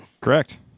Correct